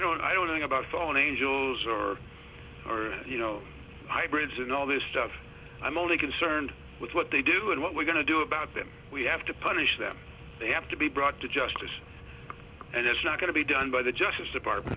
don't i don't know about phone angels or you know hybrids and all this stuff i'm only concerned with what they do and what we're going to do about them we have to punish them they have to be brought to justice and it's not going to be done by the justice department